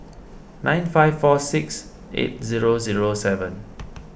nine five four six eight zero zero seven